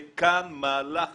כאן היה מהלך